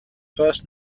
first